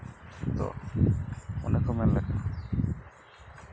ᱚᱱᱮ ᱠᱚ ᱢᱮᱱ ᱞᱮᱠᱟ